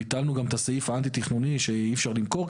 ביטלנו גם את הסעיף האנטי-תכנוני שאי אפשר למכור.